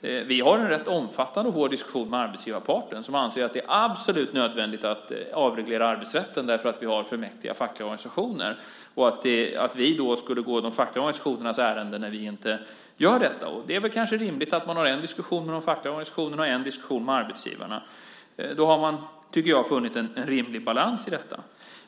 Vi har en rätt omfattande och hård diskussion med arbetsgivarparten, som anser att det är absolut nödvändigt att avreglera arbetsrätten därför att vi har för mäktiga fackliga organisationer och att vi går de fackliga organisationernas ärenden när vi inte gör detta. Det är kanske rimligt att ha en diskussion med de fackliga organisationerna och en diskussion med arbetsgivarna. Då har man, tycker jag, funnit en rimlig balans i detta.